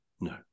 No